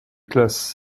classe